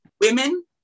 women